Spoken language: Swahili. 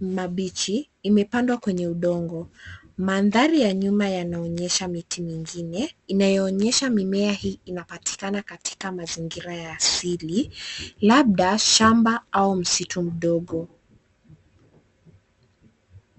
mabichi imepandwa kwenye udongo. Mandhari ya nyuma yanaonyesha miti mingine inaonyesha mimea hii inapatikana katika mazingira ya asili labda shamba au msitu mdogo.